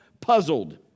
puzzled